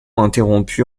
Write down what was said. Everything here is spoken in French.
interrompu